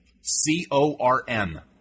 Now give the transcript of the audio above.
C-O-R-N